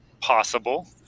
possible